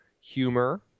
humor